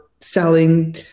selling